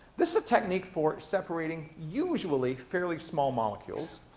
this is a technique for separating, usually, fairly small molecules.